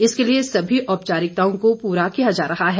इसके लिए सभी औपचारिकताओं को पूरा किया जा रहा है